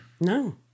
No